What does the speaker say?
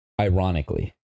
ironically